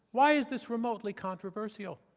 why is this remotely controversial?